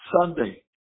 Sunday